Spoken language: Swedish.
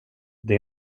det